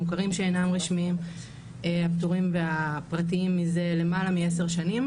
המוכרים שאינם רשמיים הפתורים והפרטיים מזה למעלה מעשר שנים.